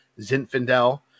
Zinfandel